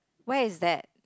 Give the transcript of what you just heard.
where is that